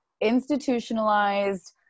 institutionalized